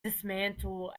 dismantle